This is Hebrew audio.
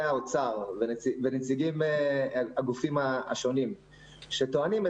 משרד האוצר ונציגי הגופים השונים טוענים,